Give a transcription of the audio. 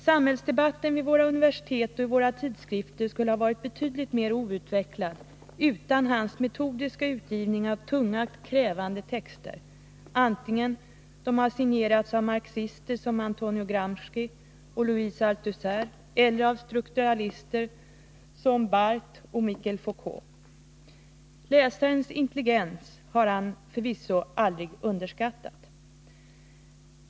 Samhällsdebatten vid våra universitet och i våra tidskrifter skulle ha varit betydligt mer outvecklad utan hans metodiska utgivning av tunga, krävande texter, antingen de har signerats av marxister som Antonio Gramsci och Louis Althusser eller av strukturalister som Roland Barthes och Michel Foucault. Läsarnas intelligens har han förvisso aldrig underskattat.